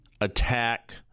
attack